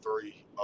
three